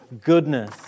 goodness